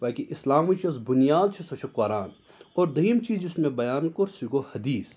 گویا اِسلامٕچۍ یۄس بُنیاد چھِ سۅ چھِ قۅران اور دوٚیِم چیٖز یُس مےٚ بَیان کوٚر سُہ گوٚو حَدیٖث